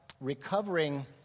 recovering